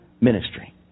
ministry